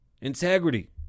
Integrity